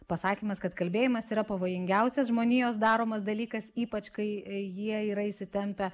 pasakymas kad kalbėjimas yra pavojingiausias žmonijos daromas dalykas ypač kai kai jie yra įsitempę